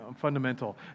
fundamental